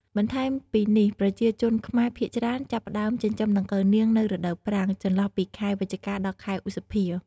បន្ថែមពីនេះប្រជាជនខ្មែរភាគច្រើនចាប់ផ្តើមចិញ្ចឹមដង្កូវនាង នៅរដូវប្រាំង ចន្លោះពីខែវិច្ឆិកា ដល់ ខែឧសភា។